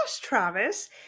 Travis